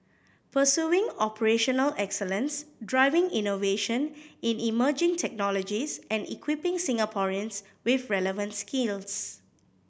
pursuing operational excellence driving innovation in emerging technologies and equipping Singaporeans with relevant skills